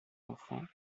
enfants